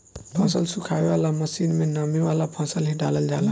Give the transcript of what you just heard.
फसल सुखावे वाला मशीन में नमी वाला फसल ही डालल जाला